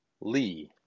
Lee